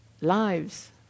lives